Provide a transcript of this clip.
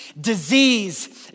disease